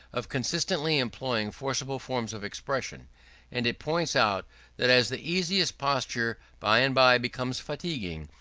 of constantly employing forcible forms of expression and it points out that as the easiest posture by and by becomes fatiguing,